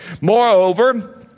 Moreover